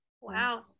Wow